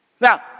Now